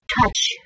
touch